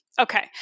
Okay